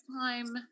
time